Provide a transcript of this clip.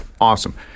Awesome